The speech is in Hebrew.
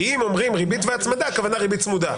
אם אומרים ריבית והצמדה, הכוונה ריבית צמודה.